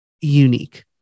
unique